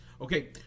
Okay